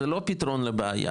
זה לא פתרון לבעיה.